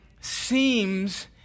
seems